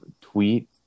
tweet